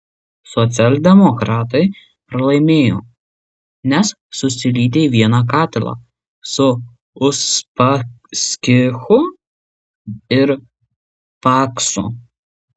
socialdemokratai pralaimėjo nes susilydė į vieną katilą su uspaskichu ir paksu